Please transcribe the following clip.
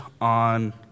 on